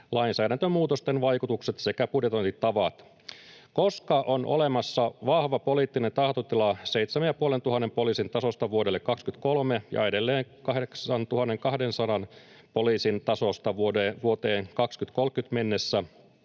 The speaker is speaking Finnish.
lainsäädäntömuutosten vaikutukset sekä budjetointitavat. Koska on olemassa vahva poliittinen tahtotila 7 500 poliisin tasosta vuodelle 23 ja edelleen 8 200 poliisin tasosta vuoteen 2030 mennessä,